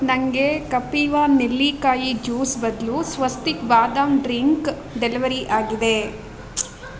ನನಗೆ ಕಪೀವಾ ನೆಲ್ಲಿಕಾಯಿ ಜ್ಯೂಸ್ ಬದಲು ಸ್ವಸ್ತಿಕ್ ಬಾದಾಮಿ ಡ್ರಿಂಕ್ ಡೆಲ್ವರಿ ಆಗಿದೆ